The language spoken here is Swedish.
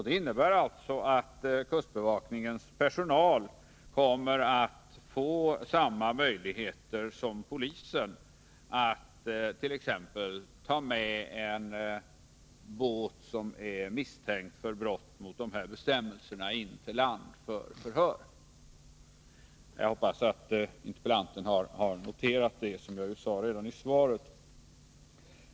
Det innebär alltså att kustbevakningens personal kommer att få samma möjligheter som polisen att t.ex. ta med en båt som är misstänkt för brott mot dessa bestämmelser in till land för förhör. Jag hoppas att interpellanten har noterat detta, som jag f. ö. har nämnt redan i svaret.